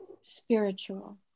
spiritual